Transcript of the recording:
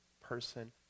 person